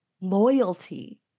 loyalty